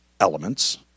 elements